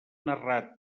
narrar